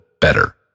better